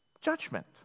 judgment